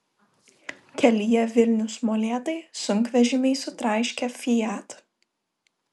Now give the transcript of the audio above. kelyje vilnius molėtai sunkvežimiai sutraiškė fiat